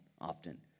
often